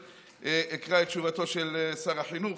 אקרא את תשובתו של שר החינוך.